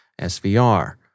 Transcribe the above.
SVR